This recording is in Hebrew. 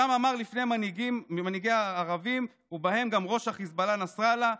שם אמר לפני מנהיגים ממנהיגי הערבים ובהם גם ראש החיזבאללה נסראללה,